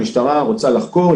המשטרה רוצה לחקור,